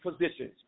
positions